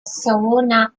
savona